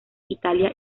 italia